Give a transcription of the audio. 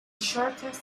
shortest